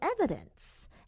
evidence